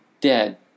dead